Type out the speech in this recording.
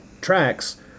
tracks